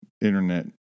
internet